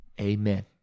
Amen